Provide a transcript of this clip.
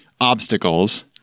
obstacles